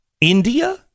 India